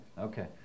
Okay